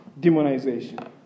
demonization